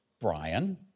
Brian